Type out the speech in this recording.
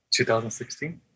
2016